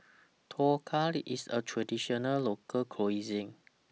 Dhokla IS A Traditional Local Cuisine